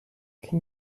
can